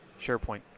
SharePoint